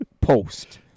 post